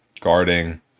guarding